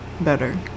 Better